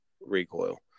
recoil